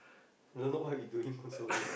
don't know what we doing also yeah